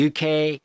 UK